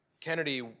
Kennedy